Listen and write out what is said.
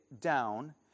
down